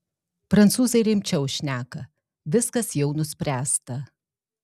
prancūzai rimčiau šneka viskas jau nuspręsta